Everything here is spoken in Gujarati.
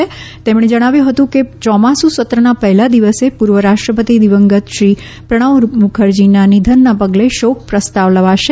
શ્રી જાડેજાએ જણાવ્યું હતું કે ચોમાસું સત્રના પહેલા દિવસે પૂર્વ રાષ્ટ્રપતિ દિવંગત શ્રી પ્રણવ મુખર્જીના નિધનને પગલે શોક પ્રસ્તાવ લવાશે